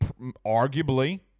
arguably